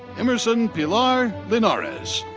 emerson pilar linares.